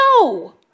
no